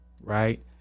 right